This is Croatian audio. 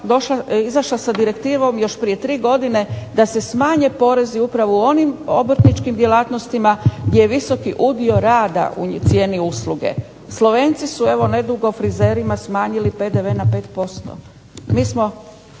izašla sa direktivom još prije tri godine da se smanje porezi upravo u onim obrtničkim djelatnostima gdje je visoki udio rada u cijeni usluge. Slovenci su evo nedugo frizerima smanjili PDV na 5%,